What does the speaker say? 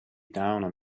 down